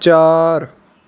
ਚਾਰ